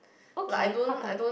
okay how come